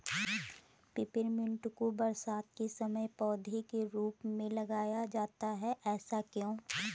Peppermint को बरसात के समय पौधे के रूप में लगाया जाता है ऐसा क्यो?